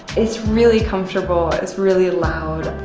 it's really comfortable, it's really loud.